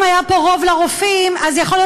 אם היה פה רוב לרופאים אז יכול להיות